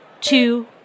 two